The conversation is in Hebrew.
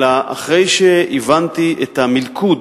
אלא אחרי שהבנתי את המלכוד